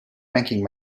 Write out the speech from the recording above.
banking